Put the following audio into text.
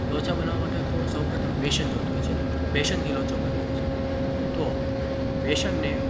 લોચા બનાવવા માટે તો સૌ પ્રથમ બેસન જોઈતું હોય છે બેસનથી લોચો બનતો હોય છે તો બેસનને